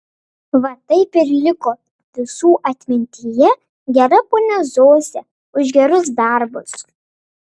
va taip ir liko visų atmintyje gera ponia zosė už gerus darbus